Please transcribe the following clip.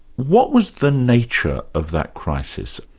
what was the nature of that crisis